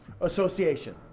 Association